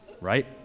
right